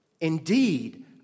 Indeed